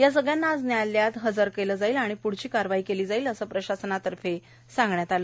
या सगळ्यांना आज न्यायालयात हजर केलं जाईल आणि प्ढची कारवाई केली जाईल असं प्रशासनानं सांगितलं